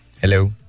Hello